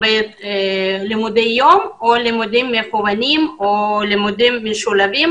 בלימודי יום או בלימודים מקוונים או בלימודים משולבים.